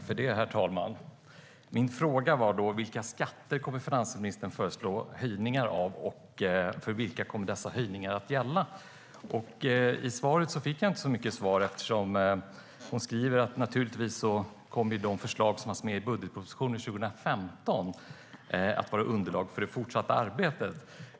Herr talman! Min fråga var vilka skatter finansministern kommer att föreslå höjningar av och för vilka dessa höjningar kommer att gälla. I svaret fick jag inte mycket till svar. Finansministern skriver att de förslag som fanns med i budgetpropositionen för 2015 naturligtvis kommer att vara underlag för det fortsatta arbetet.